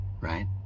right